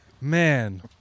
Man